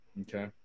Okay